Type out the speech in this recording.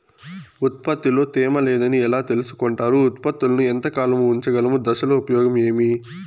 ఉత్పత్తి లో తేమ లేదని ఎలా తెలుసుకొంటారు ఉత్పత్తులను ఎంత కాలము ఉంచగలము దశలు ఉపయోగం ఏమి?